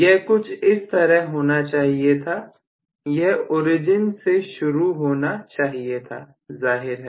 यह कुछ इस तरह होना चाहिए था यह ओरिजिन से शुरू होना चाहिए था जाहिर है